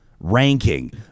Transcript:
Ranking